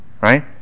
right